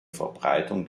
verbreitung